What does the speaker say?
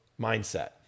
mindset